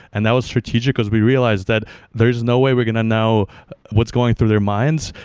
and that was strategic, because we realized that there's no way we're going to know what's going through their minds,